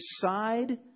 decide